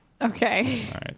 Okay